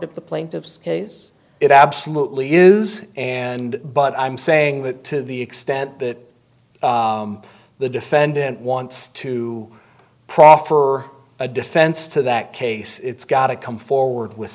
of the plaintiff's case it absolutely is and but i'm saying that to the extent that the defendant wants to proffer a defense to that case it's got to come forward with